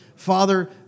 Father